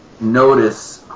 notice